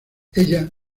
ella